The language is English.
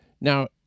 Now